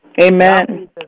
Amen